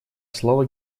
слово